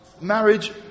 marriage